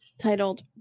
titled